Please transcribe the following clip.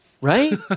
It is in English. Right